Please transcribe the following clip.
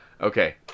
Okay